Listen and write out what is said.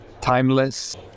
timeless